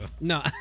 No